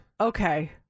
okay